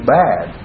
bad